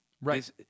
right